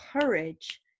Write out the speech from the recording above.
courage